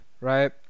right